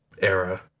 era